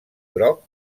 groc